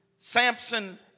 Samson